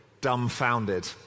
dumbfounded